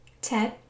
Ted